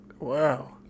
Wow